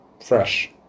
fresh